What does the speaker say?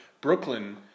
Brooklyn